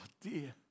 dear